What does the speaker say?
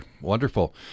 wonderful